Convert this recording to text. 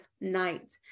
night